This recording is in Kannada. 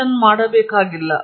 ಅವರು ಹೇಳಿದರು ಹಾಗಾದರೆ ಏನು